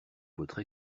votre